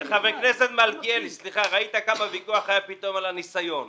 לא מקשים עליהם בכלל.